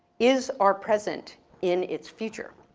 is our present in its future?